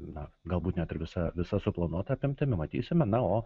na galbūt net visa visa suplanuota apimtimi matysime na o